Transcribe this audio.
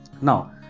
now